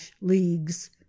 leagues